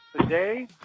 today